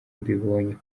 mbibonye